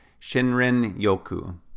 Shinrin-yoku